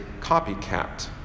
copycat